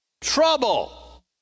Trouble